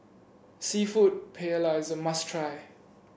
seafood Paella is a must try